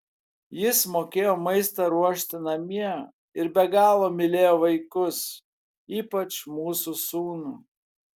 jis mokėjo maistą ruošti namie ir be galo mylėjo vaikus ypač mūsų sūnų